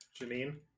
Janine